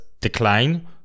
decline